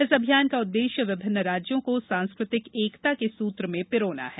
इस अभियान का उद्देश्य विभिन्न राज्यों को सांस्कृतिक एकता के सूत्र में पिरोना है